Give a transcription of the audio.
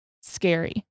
scary